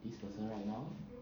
this person right now